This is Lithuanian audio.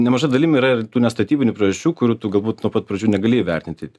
nemaža dalim yra ir tų nestatybinių priežasčių kur tu galbūt nuo pat pradžių negali įvertinti